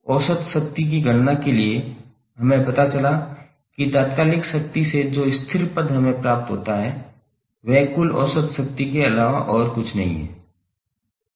औसत शक्ति की गणना के लिए हमें पता चला कि तात्कालिक शक्ति से जो स्थिर पद हमें प्राप्त होता है वह कुल औसत शक्ति के अलावा और कुछ नहीं है